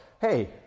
Hey